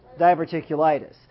diverticulitis